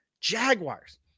Jaguars